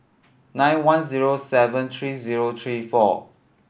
nine one zero seven three zero three four